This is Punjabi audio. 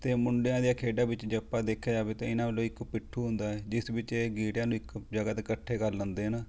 ਅਤੇ ਮੁੰਡਿਆਂ ਦੀਆਂ ਖੇਡਾ ਵਿੱਚ ਜੇ ਆਪਾਂ ਦੇਖਿਆ ਜਾਵੇ ਤਾਂ ਇਨ੍ਹਾਂ ਵੱਲੋਂ ਇੱਕ ਪਿੱਠੂ ਹੁੰਦਾ ਹੈ ਜਿਸ ਵਿੱਚ ਇਹ ਗੀਟਿਆਂ ਨੂੰ ਇੱਕ ਜਗ੍ਹਾਂ 'ਤੇ ਇਕੱਠੇ ਕਰ ਲੈਂਦੇ ਹਨ